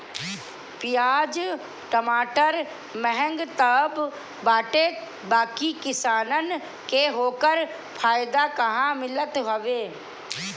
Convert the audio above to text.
पियाज टमाटर महंग तअ बाटे बाकी किसानन के ओकर फायदा कहां मिलत हवे